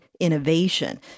innovation